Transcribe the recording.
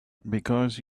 because